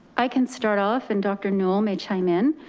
i can start off and dr. newel may chime in.